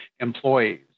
employees